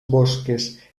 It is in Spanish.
bosques